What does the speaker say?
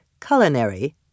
culinary